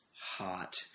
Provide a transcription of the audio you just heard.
Hot